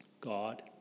God